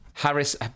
Harris